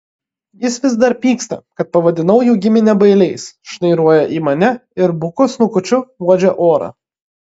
jis vis dar pyksta kad pavadinau jų giminę bailiais šnairuoja į mane ir buku snukučiu uodžia orą